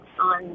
on